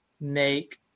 Make